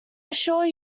assure